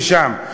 משם,